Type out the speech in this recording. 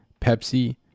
Pepsi